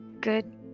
Good